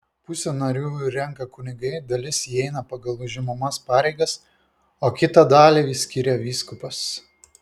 pusę narių renka kunigai dalis įeina pagal užimamas pareigas o kitą dalį skiria vyskupas